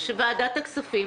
שוועדת הכספים